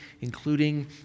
including